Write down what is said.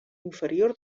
inferior